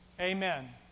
amen